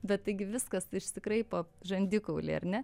bet taigi viskas išsikraipo žandikauly ar ne